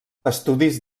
estudis